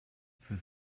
fürs